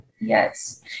Yes